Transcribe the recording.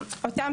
אותם